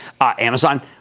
Amazon